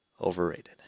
overrated